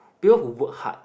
people who work hard